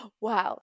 Wow